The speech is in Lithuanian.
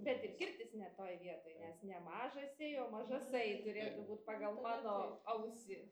bet ir kirtis ne toj vietoj nes ne mažasiai o mažasai turėtų būt pagal mano ausį